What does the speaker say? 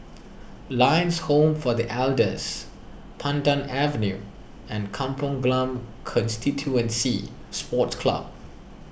Lions Home for the Elders Pandan Avenue and Kampong Glam Constituency Sports Club